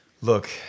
look